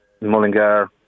Mullingar